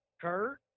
Kurt